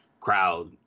crowd